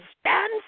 stand